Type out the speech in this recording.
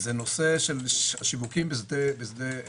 הנושא של השיווקים בשדה דב.